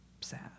sad